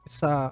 sa